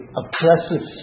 oppressive